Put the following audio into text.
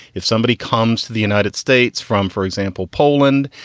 if somebody comes to the united states from, for example, poland,